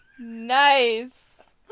nice